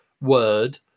word